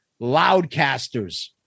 Loudcasters